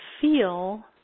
feel